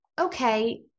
okay